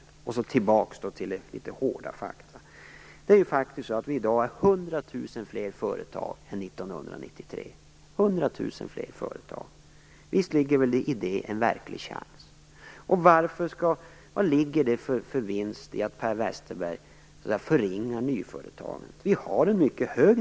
Jag skall gå tillbaka till litet hårda fakta. I dag finns det 100 000 fler företag än 1993. 100 000 fler företag! Visst ligger det en verklig chans i detta? Vad finns det för vinst i att Per Westerberg förringar nyföretagandet?